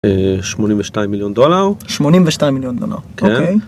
82 מיליון דולר. 82 מיליון דולר, אוקיי.